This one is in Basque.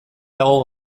dago